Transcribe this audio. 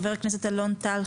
חברים: חבר הכנסת אלון טל,